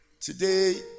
Today